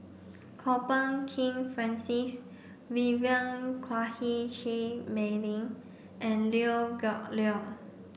Kwok Peng Kin Francis Vivien Quahe Seah Mei Lin and Liew Geok Leong